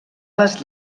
les